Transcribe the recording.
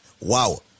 Wow